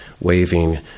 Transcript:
waving